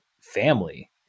family